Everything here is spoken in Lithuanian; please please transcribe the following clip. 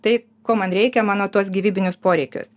tai ko man reikia mano tuos gyvybinius poreikius